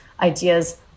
ideas